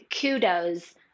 kudos